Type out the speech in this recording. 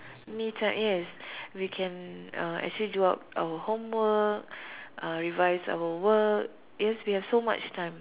me time yes we can uh actually do our our homework uh revise our work because we have so much time